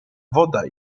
woda